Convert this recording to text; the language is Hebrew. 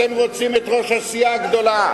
אתם רוצים את ראש הסיעה הגדולה,